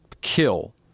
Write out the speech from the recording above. kill